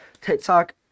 TikTok